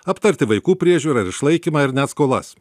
aptarti vaikų priežiūrą ir išlaikymą ir net skolas